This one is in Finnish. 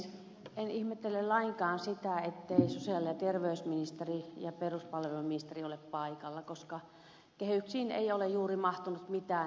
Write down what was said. en ihmettele lainkaan sitä etteivät sosiaali ja terveysministeri ja peruspalveluministeri ole paikalla koska kehyksiin ei ole juuri mahtunut mitään heidän hallinnonalaltaan